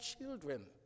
children